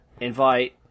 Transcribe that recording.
invite